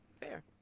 Fair